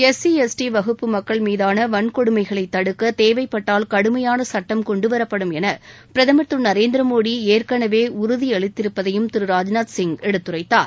S C S T வகுப்பு மக்கள் மீதான வன்கொடுமைகளைத் தடுக்க தேவைப்பட்டால் கடுமையான சட்டம் கொன்டுவரப்படும் என பிரதமர் திரு நரேந்திரமோடி ஏற்கனவே உறுதியளித்திருப்பதையும் திரு ராஜ்நாத்சிங் எடுத்துரைத்தார்